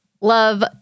Love